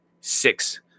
six